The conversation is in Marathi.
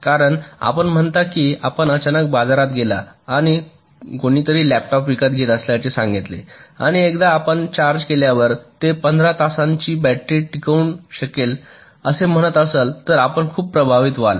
कारण आपण म्हणता की आपण अचानक बाजारात गेला आणि कोणीतरी लॅपटॉप विकत घेत असल्याचे सांगितले आणि एकदा आपण चार्ज केल्यावर ते 15 तासांची बॅटरी टिकून राहू शकेल असे म्हणत असाल तर आपण खूप प्रभावित व्हाल